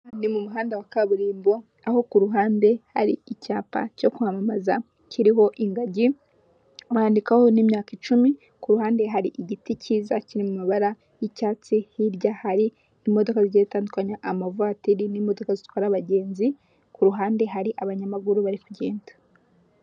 Ni mu muhanda wa kaburimbo aho ku ruhande hari icyapa cyo kwamamaza kiriho ingagi, bandikaho n'imyaka icumi kuhande hari igiti cyiza kirimo mu mabara yi'cyatsi, hirya hari imodoka zitandukanye amavatiri n'imodoka zitwara abagenzi ku ruhande hari abanyamaguru bari kugenda.